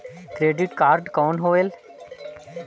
Credit card कौन होएल?